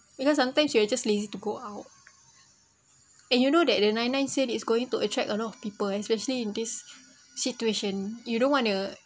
because sometimes you are just lazy to go out and you know that the nine nine sale it's going to attract a lot of people especially in this situation you don't want to